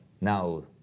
now